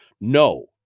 no